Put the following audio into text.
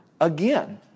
again